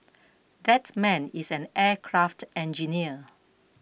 that man is an aircraft engineer